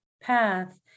path